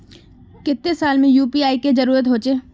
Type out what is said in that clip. केते साल में यु.पी.आई के जरुरत होचे?